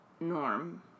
Norm